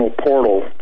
portal